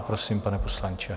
Prosím, pane poslanče.